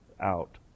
out